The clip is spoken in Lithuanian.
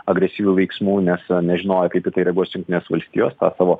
agresyvių veiksmų nes nežinojo kaip į tai reaguos jungtinės valstijos savo